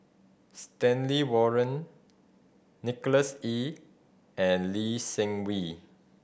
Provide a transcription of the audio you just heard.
Stanley Warren Nicholas Ee and Lee Seng Wee